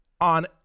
on